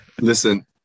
Listen